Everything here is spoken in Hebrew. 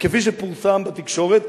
כפי שפורסם בתקשורת,